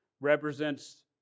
represents